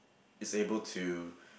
is able to